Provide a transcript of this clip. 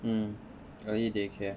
mm early day care